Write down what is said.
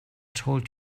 told